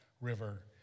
River